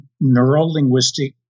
neuro-linguistic